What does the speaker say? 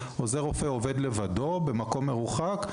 שעוזר רופא עובד לבדו במקום מרוחק,